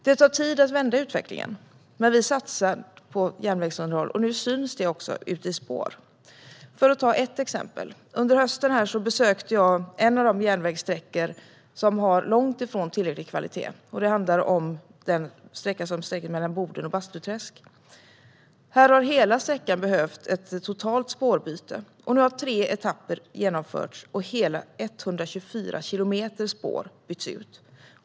Det tar tid att vända utvecklingen. Men vi satsar på järnvägsunderhåll, och nu syns det också ute i spår. Låt mig ta ett exempel. Under hösten besökte jag en av de järnvägssträckor som har långt ifrån tillräcklig kvalitet. Det handlar om sträckan mellan Boden och Bastuträsk. Här har hela sträckan behövt ett totalt spårbyte, och nu har tre etapper genomförts och hela 124 kilometer spår bytts ut.